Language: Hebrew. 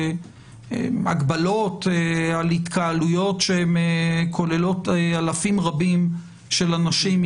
הגבלות על התקהלויות שכוללות אלפים רבים של אנשים,